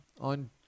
on